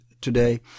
today